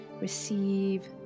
Receive